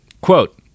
quote